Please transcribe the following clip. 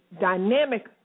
dynamic